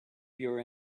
your